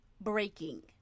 breaking